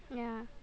yeah